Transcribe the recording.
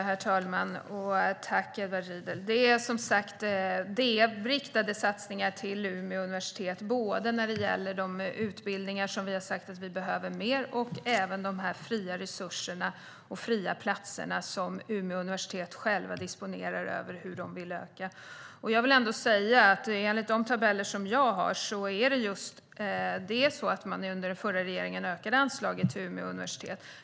Herr talman! Edward Riedl! Det är som sagt riktade satsningar till Umeå universitet. Det gäller både de utbildningar som vi har sagt att vi behöver mer av och de fria resurserna och fria platserna, som Umeå universitet självt disponerar över. Jag vill ändå säga att det enligt de tabeller som jag har är så här. Under den förra regeringen ökade man anslaget till Umeå universitet.